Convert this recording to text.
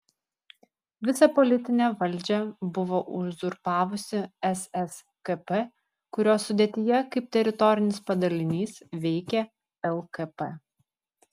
visą politinę valdžią buvo uzurpavusi sskp kurios sudėtyje kaip teritorinis padalinys veikė lkp